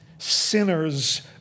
Sinners